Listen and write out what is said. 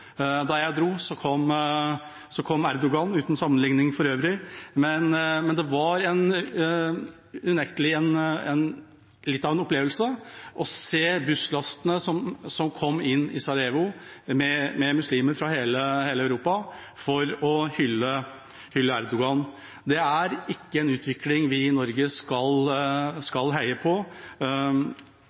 da jeg dro, kom Erdogan – uten sammenligning for øvrig – og det var unektelig litt av en opplevelse å se busslastene som kom inn i Sarajevo med muslimer fra hele Europa for å hylle Erdogan. Det er ikke en utvikling vi i Norge skal heie på,